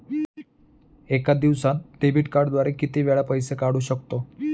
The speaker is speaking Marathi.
एका दिवसांत डेबिट कार्डद्वारे किती वेळा पैसे काढू शकतो?